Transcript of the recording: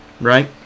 right